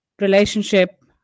relationship